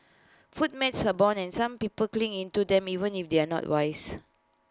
food myths abound and some people cling into them even if they are not wise